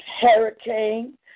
hurricane